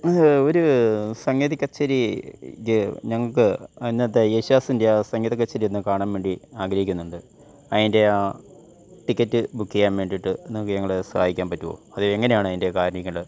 നിങ്ങൾക്ക് ഒരു സംഗീത കച്ചേരിക്ക് ഞങ്ങൾക്ക് അന്നത്തെ യേശുദാസിൻ്റെ ആ സംഗീത കച്ചേരിയൊന്ന് കാണാൻവേണ്ടി ആഗ്രഹിക്കുന്നുണ്ട് അതിൻ്റെ ആ ടിക്കറ്റ് ബുക്ക് ചെയ്യാൻ വേണ്ടിയിട്ട് നിങ്ങൾക്ക് ഞങ്ങളെ സഹായിക്കാൻ പറ്റുമോ അത് എങ്ങനെയാണ് അതിൻ്റെ കാര്യങ്ങൾ